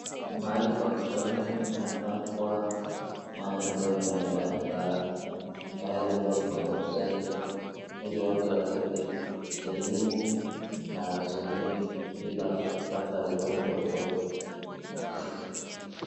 Mahali pa kusomewa inafaa kuwa mahali ambayo inawezang'ara mmahali ambapo kuna usafi, ili watu wapate elimu, na wasomee bila kupata ugonjwa wowote.